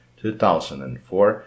2004